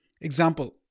example